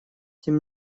тем